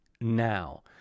now